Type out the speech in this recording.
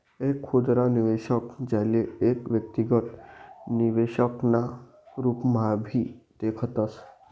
एक खुदरा निवेशक, ज्याले एक व्यक्तिगत निवेशक ना रूपम्हाभी देखतस